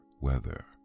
weather